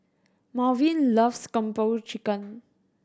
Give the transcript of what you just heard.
Malvin loves Kung Po Chicken